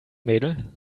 mädel